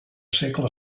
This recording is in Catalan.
segle